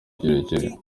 kirekire